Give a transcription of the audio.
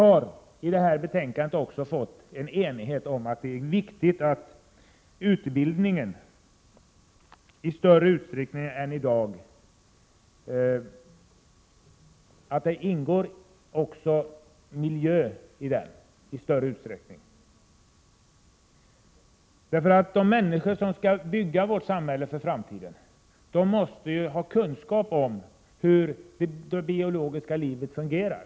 Av detta betänkande framgår att det råder enighet om att det är viktigt att utbildningen i större utsträckning än som i dag är fallet omfattar miljöfrågor. De människor som skall bygga vårt samhälle för framtiden måste ha kunskaper om hur det biologiska livet fungerar.